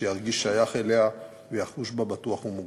שירגיש שייך אליה ויחוש בה בטוח ומוגן.